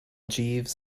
jeeves